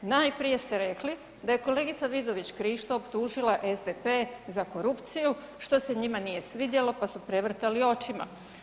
Najprije ste rekli da je kolegica Vidović Krišto optužila SDP-e za korupciju, što se njima nije svidjelo pa su prevrtali očima.